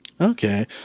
Okay